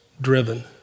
driven